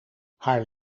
haar